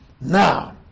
Now